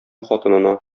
хатынына